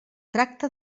tracta